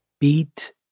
beat